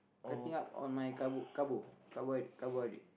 cutting up on my carbo carbo carbohydrate carbohydrate